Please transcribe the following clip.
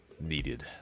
needed